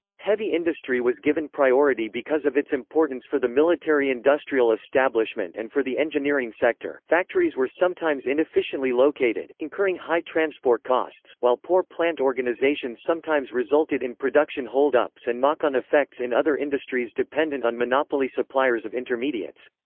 heavy industry was given priority because of its importance for the military-industrial establishment and for the engineering sector factories were sometimes inefficiently located, incurring high transport costs, while poor plant-organisation sometimes resulted in production hold ups and knock-on effects in other industries dependent on monopoly suppliers of intermediates.